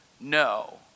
No